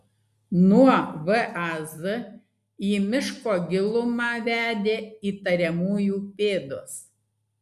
nuo vaz į miško gilumą vedė įtariamųjų pėdos